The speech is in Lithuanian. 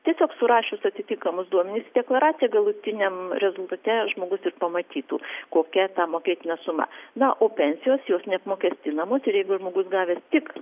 tiesiog surašius atitinkamus duomenis į deklaraciją galutiniam rezultate žmogus ir pamatytų kokia ta mokėtina suma na o pensijos jos neapmokestinamos ir jeigu žmogus gavęs tik